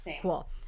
Cool